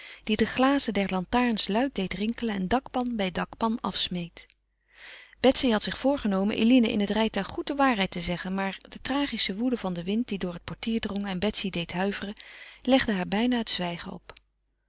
die de glazen der lantaarns luid deed rinkelen en dakpan bij dakpan afsmeet betsy had zich voorgenomen eline in het rijtuig goed de waarheid te zeggen maar de tragische woede van den wind die door het portier drong en betsy deed huiveren legde haar bijna het stilzwijgen op